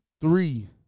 three